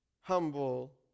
humble